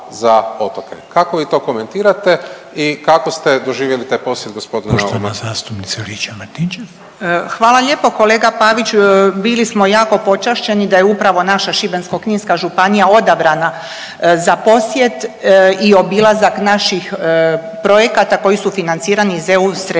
Hvala lijepo kolega Pavić. Bili smo jako počašćeni da je upravo naša Šibensko-kninska županija odabrana za posjet i obilazak naših projekata koji su financirani iz eu sredstava